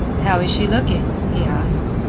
how is she looking he asks.